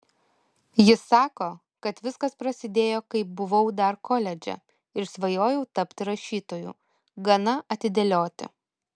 ji sako kad viskas prasidėjo kai buvau dar koledže ir svajojau tapti rašytoju gana atidėlioti